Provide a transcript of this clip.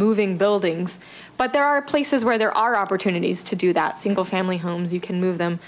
moving buildings but there are places where there are opportunities to do that single family homes you can move them